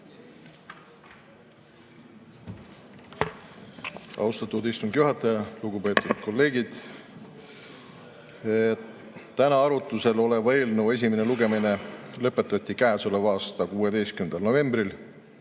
Austatud istungi juhataja! Lugupeetud kolleegid! Täna arutlusel oleva eelnõu esimene lugemine lõpetati käesoleva aasta 16. novembril.